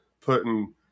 putting